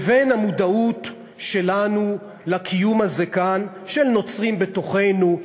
לבין המודעות שלנו לקיום הזה כאן של נוצרים בתוכנו,